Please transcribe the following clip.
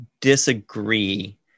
disagree